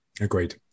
Agreed